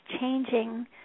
changing